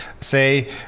say